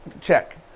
check